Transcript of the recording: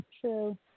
True